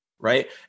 right